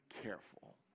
careful